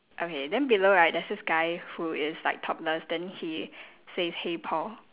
okay then below right there's this guy who is like topless then he says hey paul